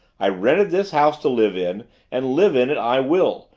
i rented this house to live in and live in it i will,